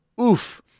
oof